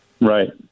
Right